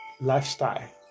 lifestyle